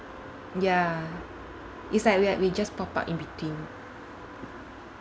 ya it's like we are we just pop up in between